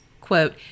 quote